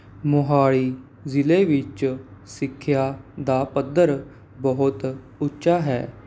ਮੋਹਾਲੀ ਜ਼ਿਲ੍ਹੇ ਵਿੱਚ ਸਿੱਖਿਆ ਦਾ ਪੱਧਰ ਬਹੁਤ ਉੱਚਾ ਹੈ